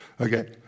Okay